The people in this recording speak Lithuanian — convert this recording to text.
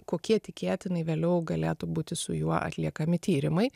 kokie tikėtinai vėliau galėtų būti su juo atliekami tyrimai